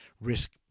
risk